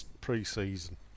pre-season